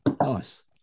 Nice